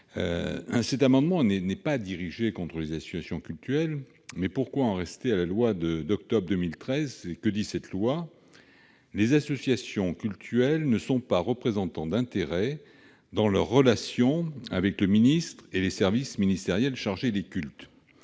Ces amendements ne sont pas dirigés contre les associations cultuelles. La loi d'octobre 2013 dispose que les associations cultuelles ne sont pas représentants d'intérêts dans leurs relations avec le ministre et les services ministériels chargés des cultes.